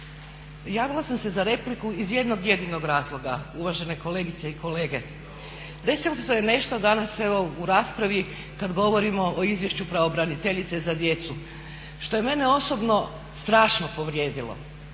javila sam se za repliku iz jednog jedinog razloga uvažene kolegice i kolege. Desilo se je nešto danas evo u raspravi kad govorimo o izvješću pravobraniteljice za djecu što je mene osobno strašno povrijedilo,